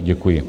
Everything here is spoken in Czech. Děkuji.